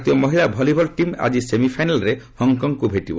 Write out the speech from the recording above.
ଭାରତୀୟ ମହିଳା volleyball team ଆଜି ସେମିଫାଇନାଲ୍ରେ ହଙ୍କଙ୍ଗକୁ ଭେଟିବ